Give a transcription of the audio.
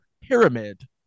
Pyramid